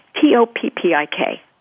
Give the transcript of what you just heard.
T-O-P-P-I-K